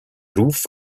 ruf